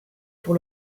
pour